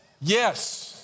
Yes